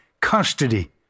custody